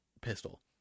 Pistol